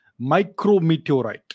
micrometeorite